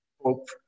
hope